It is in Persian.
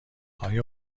آیا